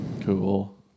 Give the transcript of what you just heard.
Cool